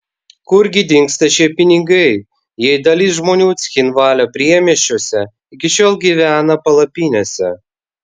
kur gi dingsta šie pinigai jei dalis žmonių cchinvalio priemiesčiuose iki šiol gyvena palapinėse